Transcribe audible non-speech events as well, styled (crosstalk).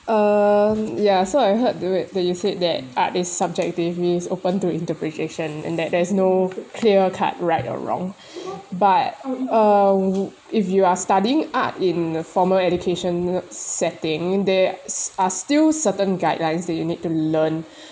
um ya so I heard do it that you said that art is subjective means open to interpretation and that there is no clear cut right or wrong (breath) but uh if you are studying art in the former education setting there (noise) are still certain guidelines that you need to learn